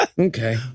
Okay